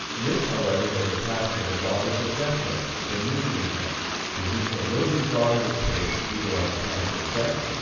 this, however, was the task of the daughters of jethro the midianite to whom so little regard was paid, either on account of their sex,